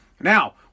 Now